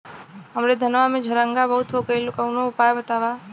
हमरे धनवा में झंरगा बहुत हो गईलह कवनो उपाय बतावा?